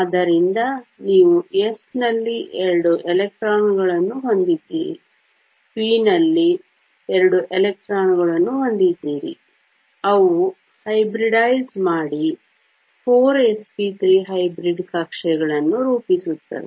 ಆದ್ದರಿಂದ ನೀವು s ನಲ್ಲಿ ಎರಡು ಎಲೆಕ್ಟ್ರಾನ್ಗಳನ್ನು ಹೊಂದಿದ್ದೀರಿ p ನಲ್ಲಿ ಎರಡು ಎಲೆಕ್ಟ್ರಾನ್ಗಳನ್ನು ಹೊಂದಿದ್ದೀರಿ ಅವು ಹೈಬ್ರಿಡೈಸ್ ಮಾಡಿ 4sp3 ಹೈಬ್ರಿಡ್ ಕಕ್ಷೆಗಳನ್ನು ರೂಪಿಸುತ್ತವೆ